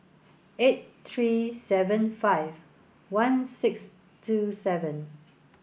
eight three seven five one six two seven